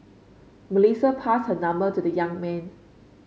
Melissa passed her number to the young man